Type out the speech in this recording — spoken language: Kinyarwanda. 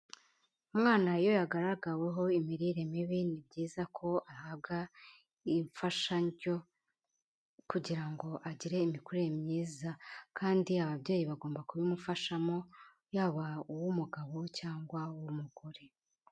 Umwana iyo yagaragaweho imirire mibi ni byiza ko ahabwa imfashashandyo kugira ngo agire imikurire myiza, kandi ababyeyi bagomba kubimufashamo yaba uw'umugabo cyangwa uw'umugore.